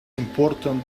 important